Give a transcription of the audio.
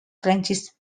francis